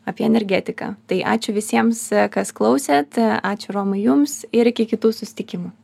apie energetiką tai ačiū visiems kas klausėt ačiū romai jums ir iki kitų susitikimų